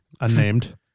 unnamed